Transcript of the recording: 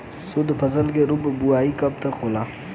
शुद्धफसल के रूप में बुआई कब तक होला?